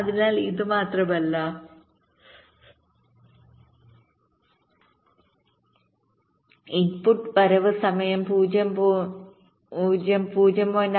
അതിനാൽ ഇത് മാത്രമല്ല ഇൻപുട്ട് വരവ് സമയം 0 0 0